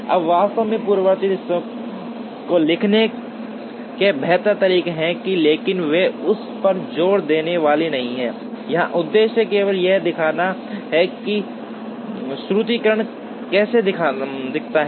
अब वास्तव में पूर्ववर्ती रिश्तों को लिखने के बेहतर तरीके हैं लेकिन वे उस पर जोर देने वाले नहीं हैं यहां उद्देश्य केवल यह दिखाना है कि सूत्रीकरण कैसा दिखता है